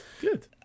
good